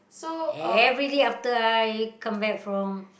everyday after I come back from